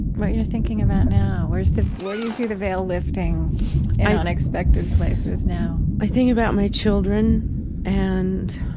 what you are thinking about now, where's the where do you see the veil lifting in unexpected places now? i think about my children and